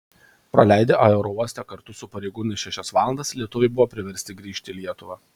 praleidę aerouoste kartu su pareigūnais šešias valandas lietuviai buvo priversti grįžti į lietuvą